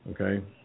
Okay